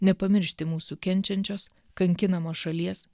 nepamiršti mūsų kenčiančios kankinamos šalies